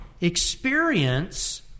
experience